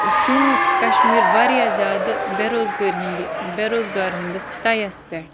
سون کَشمیٖر واریاہ زیادٕ بےٚ روزگٲری ہٕنٛدِ بےٚ روزگار ہٕنٛدِس طیَس پٮ۪ٹھ